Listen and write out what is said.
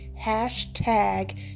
hashtag